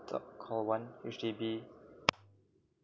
the call one H_D_B